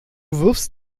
wirfst